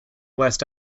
west